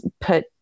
put